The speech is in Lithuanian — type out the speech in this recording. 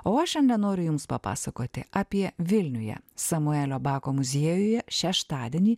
o aš šiandien noriu jums papasakoti apie vilniuje samuelio bako muziejuje šeštadienį